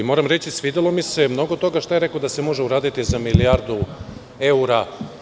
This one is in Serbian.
Moram reći da mi se svidelo mnogo toga šta je rekao da se može uraditi za milijardu evra.